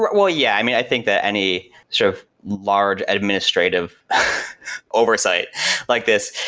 well, yeah. i mean, i think that any sort of large administrative oversight like this,